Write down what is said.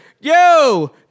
yo